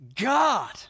God